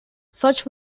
such